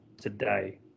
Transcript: today